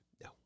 No